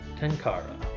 Tenkara